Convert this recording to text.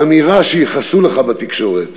האמירה שייחסו לך בתקשורת,